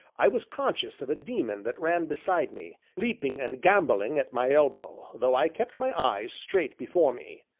i was conscious of a daemon that ran beside me, leaping and gambolling at my elbow, though i kept my eyes straight before me.